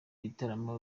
bitaramo